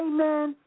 Amen